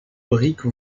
brick